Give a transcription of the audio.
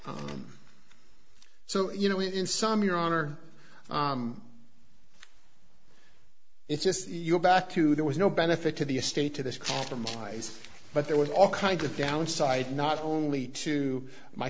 so you know in some your honor it's just you're back to there was no benefit to the estate to this compromise but there was all kinds of downside not only to my